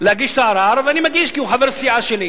להגיש את הערר, ואני מגיש, כי הוא חבר סיעה שלי.